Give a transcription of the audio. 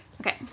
Okay